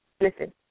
listen